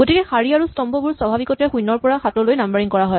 গতিকে শাৰী আৰু স্তম্ভবোৰ স্বাভাৱিকতে শূণ্যৰ পৰা সাতলৈ নাম্বাৰিং কৰা হয়